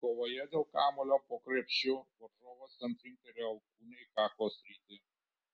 kovoje dėl kamuolio po krepšiu varžovas jam trinktelėjo alkūne į kaklo sritį